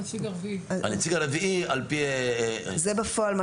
הנציג הרביעי על פי --- זה בפועל מה